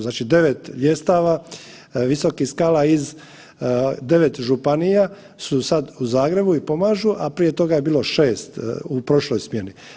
Znači 9 ljestava, visokih skala iz 9 županija su sad u Zagrebu i pomažu, a prije toga je bilo 6 u prošloj smjeni.